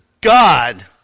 God